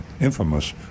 infamous